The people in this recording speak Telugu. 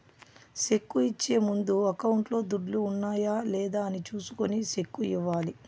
సెక్కు ఇచ్చే ముందు అకౌంట్లో దుడ్లు ఉన్నాయా లేదా అని చూసుకొని సెక్కు ఇవ్వాలి